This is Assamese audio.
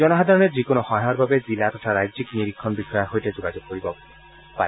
জনসাধাৰণে যিকোনো সহায়ৰ বাবে জিলা তথা ৰাজ্যিক নিৰীক্ষণ বিষয়াৰ সৈতে যোগাযোগ কৰিব পাৰে